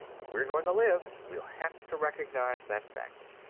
if we're going to live, we'll have to recognize that fact.